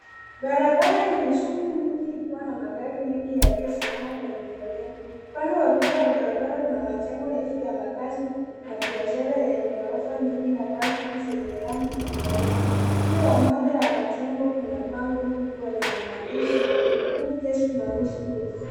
Barabara yenye shughuli nyingi ikiwa na magari mengi yaliyosimama kwenye foleni. Upande wa kulia wa barabara kuna majengo marefu ya makazi na biashara yenye ghorofa nyingi na balconies yenye rangi tofauti. Juu ya moja ya majengo kuna bango kubwa lenye maandishi good taste morning schools .